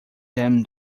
them